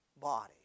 body